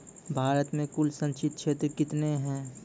भारत मे कुल संचित क्षेत्र कितने हैं?